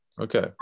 okay